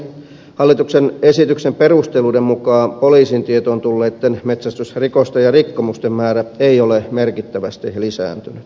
hallituksen esityksen perusteluiden mukaan poliisin tietoon tulleitten metsästysrikosten ja rikkomusten määrä ei ole merkittävästi lisääntynyt